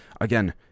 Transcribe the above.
again